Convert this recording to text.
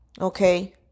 okay